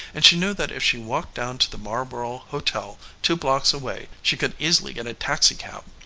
and she knew that if she walked down to the marborough hotel two blocks away she could easily get a taxicab.